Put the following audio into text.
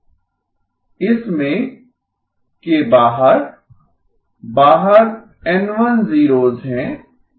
इसमें ¿ z∨¿ 1 के बाहर बाहर n1 जीरोस हैं